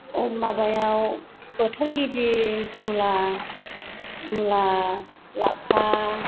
माबायाव बोथोर गिबि मुला मुला लाफा